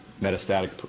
metastatic